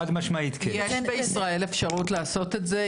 יש בישראל אפשרות לעשות את זה,